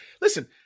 Listen